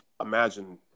imagine